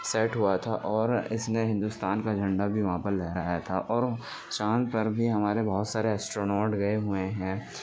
set ہوا تھا اور اس نے ہندوستان کا جھنڈا بھی وہاں پر لہرایا تھا اور چاند پر بھی ہمارے بہت سارے ایسٹروناٹ گیے ہوے ہیں